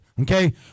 okay